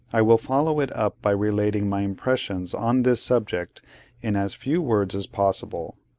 i will follow it up by relating my impressions on this subject in as few words as possible.